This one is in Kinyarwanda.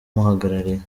muhagarariye